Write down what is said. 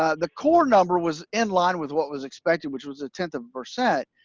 ah the core number was in line with what was expected, which was a tenth of a percent,